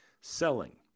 selling